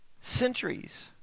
centuries